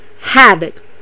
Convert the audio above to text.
Havoc